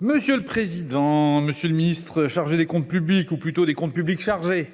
Monsieur le président, monsieur le ministre chargé des Comptes publics ou plutôt des comptes publics chargés.